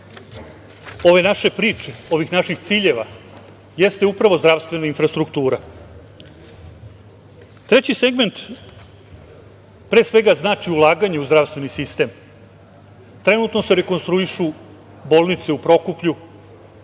ove naše priče, ovih naših ciljeva jeste upravo zdravstvena infrastruktura. Treći segment pre svega znači ulaganje u zdravstveni sistem. Trenutno se rekonstruišu bolnice u Prokuplju,